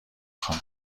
خوام